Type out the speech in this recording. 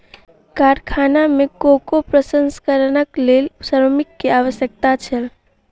कारखाना में कोको प्रसंस्करणक लेल श्रमिक के आवश्यकता छल